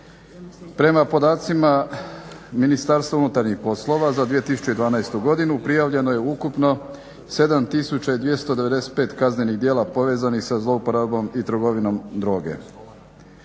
Prema podacima Ministarstva unutarnjih poslova za 2012. godinu prijavljeno je ukupno 7295 kaznenih djela povezanih sa zlouporabom i trgovinom droge.